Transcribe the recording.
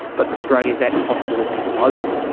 but in australia that possibility isn't open,